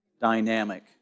dynamic